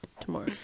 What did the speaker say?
tomorrow